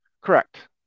Correct